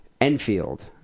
Enfield